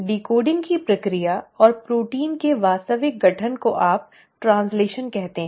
decoding की प्रक्रिया और प्रोटीन के वास्तविक गठन को आप ट्रैन्ज़्लैशन कहते हैं